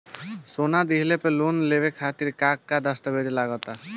सोना दिहले पर लोन लेवे खातिर का का दस्तावेज लागा ता?